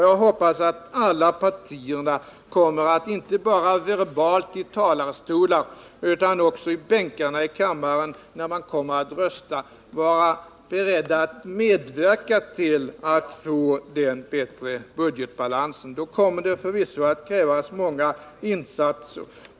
Jag hoppas att alla partierna kommer att inte bara verbalt i talarstolar utan också i bänkarna i kammaren, när man skall rösta, vara beredda att medverka till den bättre budgetbalansen. Då kommer det förvisso att krävas många insatser.